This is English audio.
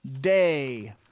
day